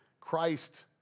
Christ